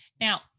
Now